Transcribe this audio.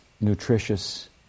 nutritious